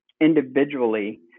individually